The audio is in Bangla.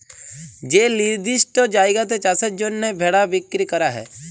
যে লিরদিষ্ট জায়গাতে চাষের জ্যনহে ভেড়া বিক্কিরি ক্যরা হ্যয়